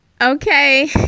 Okay